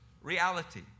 reality